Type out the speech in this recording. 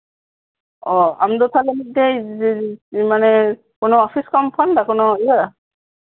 ᱚ ᱟᱢ ᱫᱚ ᱛᱟᱦᱞᱮ ᱢᱤᱫᱴᱮᱡ ᱢᱟᱱᱮ ᱡᱮ ᱠᱳᱱᱳ ᱚᱯᱷᱤᱥ ᱠᱳᱱᱳ ᱤᱭᱟᱹ